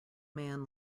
man